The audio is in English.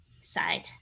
side